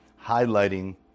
highlighting